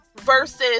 versus